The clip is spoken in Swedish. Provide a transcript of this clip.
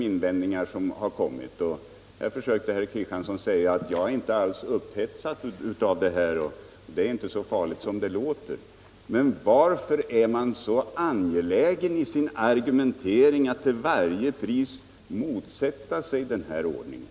Reglering av priserna på Jjordbruksproduk Herr Kristiansson sade att han inte är så upphetsad av detta; det är inte så farligt som det låter. Men varför är han då i sin argumentering så angelägen om att till varje pris motsätta sig den föreslagna ordningen?